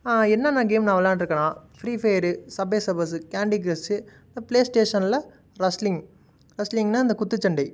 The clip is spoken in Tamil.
என்னென்ன கேம் நான் விளாண்ட்ருக்கனா Free Fire Subway Surfers Candy Crush பிளே ஸ்டேஷன்ல ரஸ்லிங் ரஸ்லிங்னா இந்த குத்துச்சண்டை